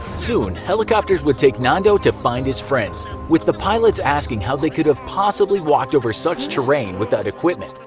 soon helicopters would take nando to find his friends, with the pilots asking how they could have possibly walked over such terrain without equipment.